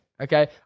okay